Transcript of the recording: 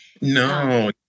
No